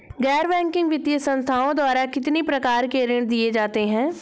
गैर बैंकिंग वित्तीय संस्थाओं द्वारा कितनी प्रकार के ऋण दिए जाते हैं?